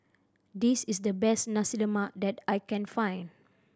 this is the best Nasi Lemak that I can find